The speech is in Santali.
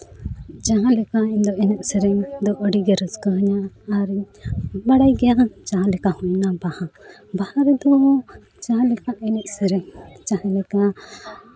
ᱡᱟᱦᱟᱸ ᱞᱮᱠᱟ ᱤᱧᱫᱚ ᱮᱱᱮᱡ ᱥᱮᱨᱮᱧ ᱫᱚ ᱟᱹᱰᱤᱜᱮ ᱨᱟᱹᱥᱠᱟᱹ ᱤᱧᱟᱹ ᱟᱨ ᱵᱟᱲᱟᱭ ᱜᱮᱭᱟᱢ ᱡᱟᱦᱟᱸ ᱞᱮᱠᱟ ᱦᱩᱭ ᱮᱱᱟ ᱵᱟᱦᱟ ᱵᱟᱦᱟ ᱨᱮᱫᱚ ᱡᱟᱦᱟᱸ ᱞᱮᱠᱟ ᱮᱱᱮᱡ ᱥᱮᱨᱮᱧ ᱡᱟᱦᱟᱸ ᱞᱮᱠᱟ